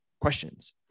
questions